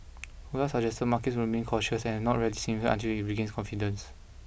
Colas suggested markets would remain cautious and not rally significantly until it regains confidence